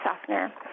softener